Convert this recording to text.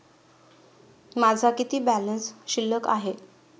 माझा किती बॅलन्स शिल्लक आहे?